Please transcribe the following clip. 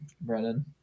Brennan